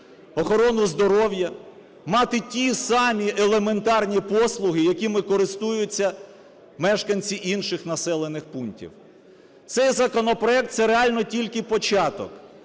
охорону здоров'я, мати ті самі елементарні послуги, якими користуються мешканці інших населених пунктів. Цей законопроект – це реально тільки початок.